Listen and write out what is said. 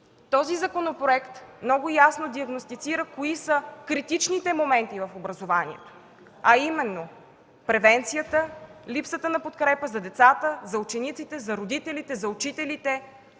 Законопроектът много ясно диагностицира кои са критичните моменти в образованието, а именно превенцията, липсата на подкрепа за децата, за учениците, за родителите, за учителите,